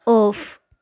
off